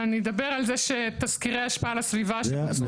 אני אדבר על זה שתזכירי ההשפעה על הסביבה שנעשו